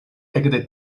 ekde